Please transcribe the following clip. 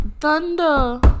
Thunder